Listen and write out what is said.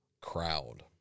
crowd